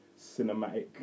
cinematic